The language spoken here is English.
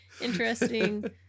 interesting